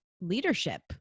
leadership